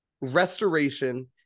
restoration